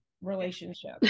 relationship